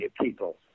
people